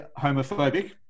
homophobic